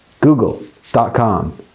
Google.com